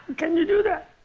can you do that?